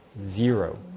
Zero